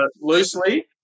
Loosely